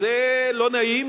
זה לא נעים.